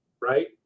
right